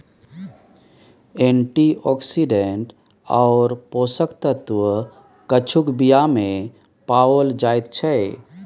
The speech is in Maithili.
एंटीऑक्सीडेंट आओर पोषक तत्व कद्दूक बीयामे पाओल जाइत छै